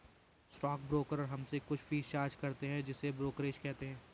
stock broker हमसे कुछ fees charge करते हैं जिसे ब्रोकरेज कहते हैं